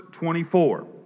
24